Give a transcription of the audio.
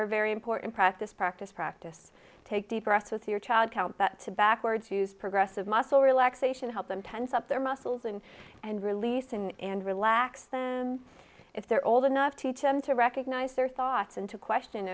are very important practice practice practice take deep breaths with your child count that to backward choose progressive muscle relaxation help them tense up their muscles and and releasing and relax them if they're old enough to teach him to recognise their thoughts and to question